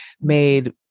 made